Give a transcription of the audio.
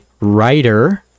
writer